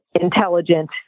intelligent